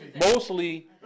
Mostly